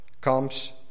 comes